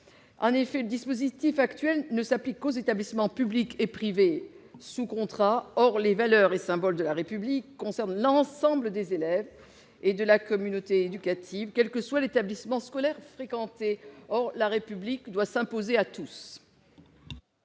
En effet, le dispositif actuel ne s'applique qu'aux établissements publics et privés sous contrat. Or les valeurs et symboles de la République concernent l'ensemble des élèves et de la communauté éducative, quel que soit l'établissement scolaire fréquenté : la République doit s'imposer à tous